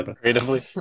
Creatively